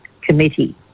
Committee